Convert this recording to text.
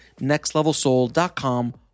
nextlevelsoul.com